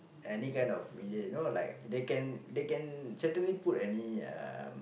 any kind of media you know like they can they can certainly put any um